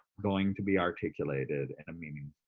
going to be articulated and i mean